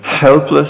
helpless